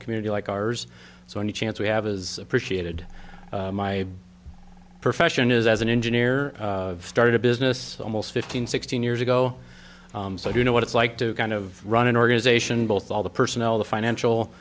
community like ours so any chance we have is appreciated my profession is as an engineer started a business almost fifteen sixteen years ago so you know what it's like to kind of run an organization both all the personnel the financial